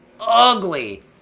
ugly